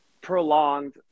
prolonged